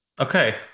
okay